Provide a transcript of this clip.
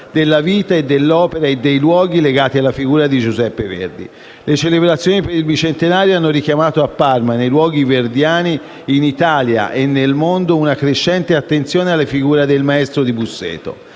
della vita, dell'opera e dei luoghi legati alla figura di Giuseppe Verdi. Le celebrazioni per il bicentenario hanno richiamato a Parma, nei luoghi verdiani, in Italia e nel mondo una crescente attenzione alla figura del Maestro di Busseto;